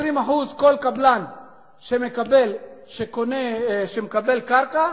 כל קבלן שמקבל קרקע,